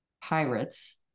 pirates